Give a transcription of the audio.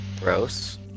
Gross